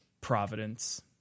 providence